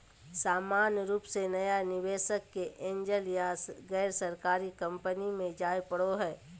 सामान्य रूप से नया निवेशक के एंजल या गैरसरकारी कम्पनी मे जाय पड़ो हय